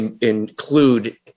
include